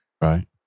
Right